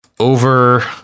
Over